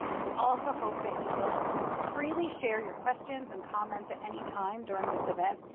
we also hope that you will freely share your questions and comments at any time during this event.